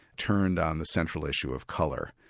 turned on the central issue of colour,